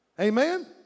Amen